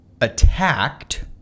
attacked